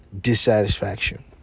dissatisfaction